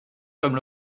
comme